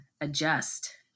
adjust